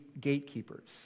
gatekeepers